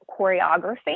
choreography